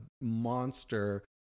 monster